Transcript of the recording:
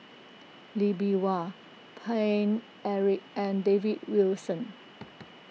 Lee Bee Wah Paine Eric and David Wilson